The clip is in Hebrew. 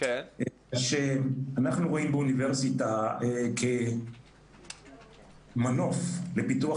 אנחנו רואים באוניברסיטה מנוף לפיתוח